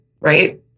right